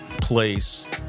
place